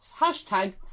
hashtag